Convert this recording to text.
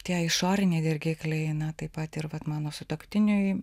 tie išoriniai dirgikliai na taip pat ir vat mano sutuoktiniui